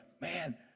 man